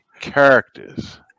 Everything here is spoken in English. characters